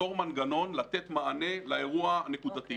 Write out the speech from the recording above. ליצור מנגנון לתת מענה לאירוע הנקודתי.